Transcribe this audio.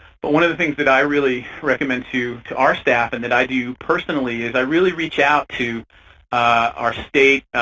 but one of the things that i really recommend to to our staff and that i do personally is i really reach out to our state,